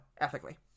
ethically